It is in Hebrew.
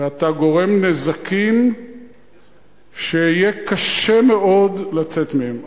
ואתה גורם נזקים שיהיה קשה מאוד לצאת מהם.